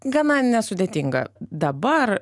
gana nesudėtinga dabar